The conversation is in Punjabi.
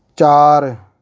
ਚਾਰ